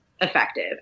effective